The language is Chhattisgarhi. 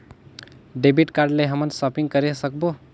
डेबिट कारड ले हमन शॉपिंग करे सकबो?